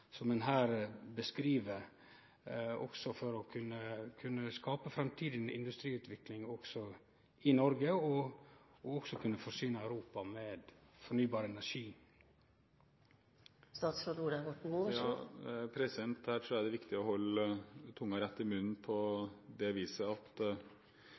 her beskriv, også for å kunne skape framtidig industriutvikling i Noreg, og for å kunne forsyne Europa med fornybar energi? Her tror jeg det er viktig å holde tunga rett i munnen på det viset at